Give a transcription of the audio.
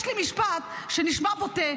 יש לי משפט שנשמע בוטה,